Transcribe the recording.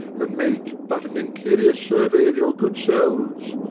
and make but an interior survey of your good selves!